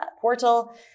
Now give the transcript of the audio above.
portal